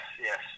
yes